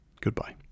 Goodbye